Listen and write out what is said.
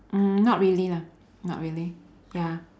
mm not really lah not really ya